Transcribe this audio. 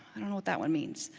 i don't know what that one means.